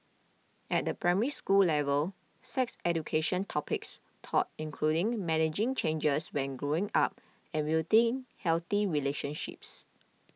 at the Primary School level sex education topics taught include managing changes when growing up and building healthy relationships